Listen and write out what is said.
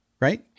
right